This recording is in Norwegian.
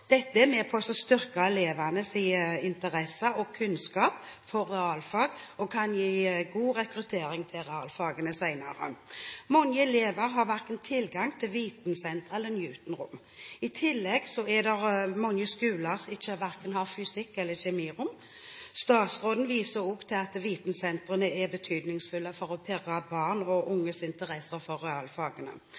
Dette er med på å styrke elevenes interesse for og kunnskap i realfag, og det kan gi god rekruttering til realfagene senere. Mange elever har ikke tilgang verken til vitensentre eller Newton-rom. I tillegg er det mange skoler som har verken fysikk- eller kjemirom. Statsråden viser også til at vitensentrene er betydningsfulle for å pirre barns og unges interesse for realfagene.